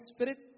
Spirit